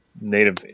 native